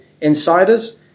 insiders